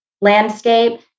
landscape